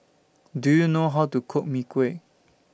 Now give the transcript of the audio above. Do YOU know How to Cook Mee Kuah